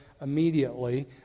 immediately